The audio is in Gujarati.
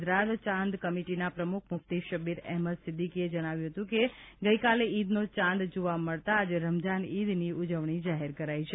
ગુજરાત ચાંદ કમિટીના પ્રમુખ મુફતી શબ્બીર અહેમદ સિદ્દીકીએ જણાવ્યું હતું કે ગઇકાલે ઇદનો ચાંદ જોવા મળતા આજે રમઝાન ઇદની ઉજવણી જાહેર કરાઈ છે